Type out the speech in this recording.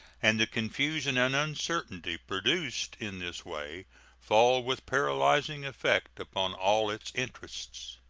and the confusion and uncertainty produced in this way fall with paralyzing effect upon all its interests.